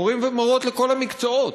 מורים ומורות לכל המקצועות.